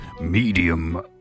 medium